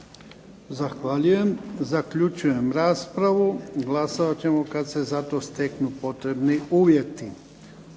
Zahvaljujem. Zaključujem raspravu. Glasovat ćemo kad se za to steknu potrebni uvjeti.